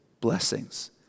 blessings